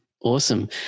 Awesome